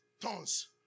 Tons